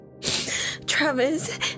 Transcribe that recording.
Travis